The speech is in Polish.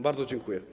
Bardzo dziękuję.